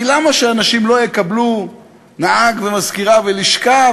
כי למה שאנשים לא יקבלו נהג ומזכירה ולשכה?